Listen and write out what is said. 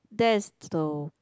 there is though